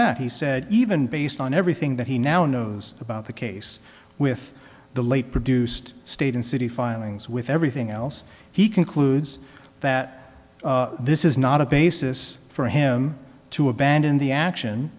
that he said even based on everything that he now knows about the case with the late produced state and city filings with everything else he concludes that this is not a basis for him to abandon the action